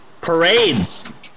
parades